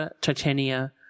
Titania